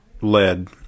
lead